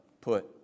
put